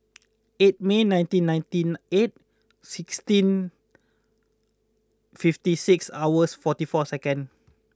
eight May nineteen ninety eight sixteen fifty six hours forty four seconds